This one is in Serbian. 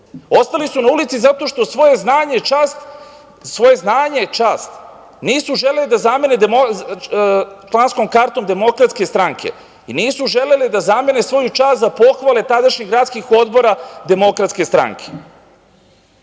Ostali su na ulici zato što svoje znanje, čast, nisu želeli da zamene članskom kartom Demokratske stranke i nisu želeli da zamene svoju čast za pohvale tadašnjih gradskih odbora Demokratske stranke. Oni